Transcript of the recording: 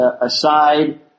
aside